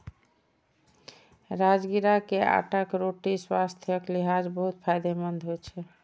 राजगिरा के आटाक रोटी स्वास्थ्यक लिहाज बहुत फायदेमंद होइ छै